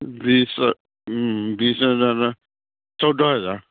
বিছ বিছ হাজাৰ চৌধ হাজাৰ